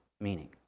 meaning